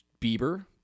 Bieber